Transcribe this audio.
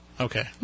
Okay